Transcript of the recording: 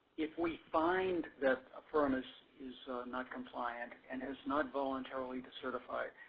if we find that a firm is is not compliant and has not voluntarily decertify,